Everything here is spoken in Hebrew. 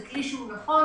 זה כלי שהוא נכון,